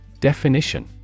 Definition